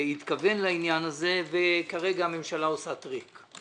התכוון לעניין הזה, וכרגע הממשלה עושה טריק.